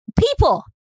people